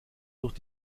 durch